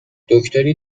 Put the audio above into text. دکتری